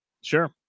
Sure